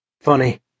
Funny